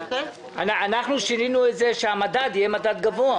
אנחנו שינינו את זה שהמדד יהיה מדד גבוה.